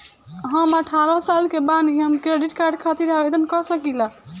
हम अठारह साल के बानी हम क्रेडिट कार्ड खातिर आवेदन कर सकीला?